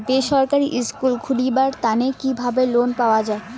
বেসরকারি স্কুল খুলিবার তানে কিভাবে লোন পাওয়া যায়?